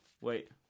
Wait